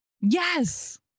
Yes